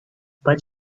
but